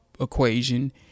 equation